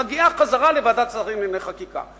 מגיעה חזרה לוועדת השרים לענייני חקיקה.